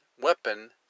weapon